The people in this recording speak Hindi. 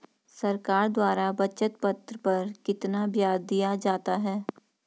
सरकार द्वारा बचत पत्र पर कितना ब्याज दिया जाता है?